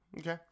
Okay